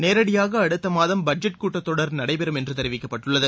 நேரடியாக அடுத்த மாதம் பட்ஜெட் கூட்டத்தொடர் நடைபெறும் என்று தெரிவிக்கப்பட்டுள்ளது